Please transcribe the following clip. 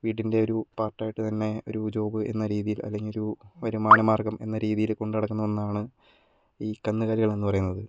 വീടിന്റെ ഒരു പാർട്ട് ആയിട്ട് തന്നെ ഒരു ജോബ് എന്ന രീതിയിൽ അല്ലെങ്കിൽ ഒരു വരുമാനമാർഗ്ഗം എന്ന രീതിയിൽ കൊണ്ടുനടക്കുന്ന ഒന്നാണ് ഈ കന്നുകാലികൾ എന്നു പറയുന്നത്